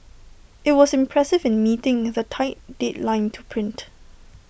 IT was impressive in meeting of the tight deadline to print